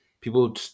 People